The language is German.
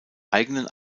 eigenen